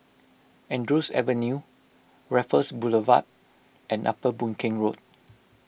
Andrews Avenue Raffles Boulevard and Upper Boon Keng Road